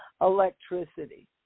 electricity